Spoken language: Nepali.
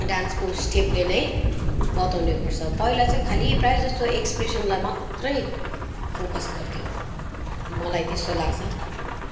डान्सको स्टेपले नै बताउने गर्छ पहिला चाहिँ खालि प्रायःजस्तो एक्सप्रेसनलाई मात्रै फोकस गर्थ्यो मलाई त्यस्तो लाग्छ